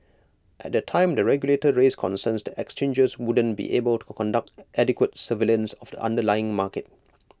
at the time the regulator raised concerns that exchanges wouldn't be able to conduct adequate surveillance of the underlying market